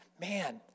man